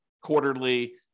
quarterly